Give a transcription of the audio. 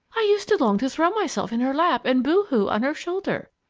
i used to long to throw myself in her lap and boo-hoo on her shoulder!